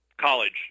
college